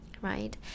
Right